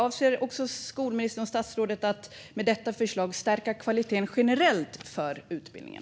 Avser skolministern att med detta förslag också stärka kvaliteten generellt i utbildningen?